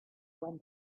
when